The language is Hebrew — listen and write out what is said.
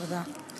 תודה.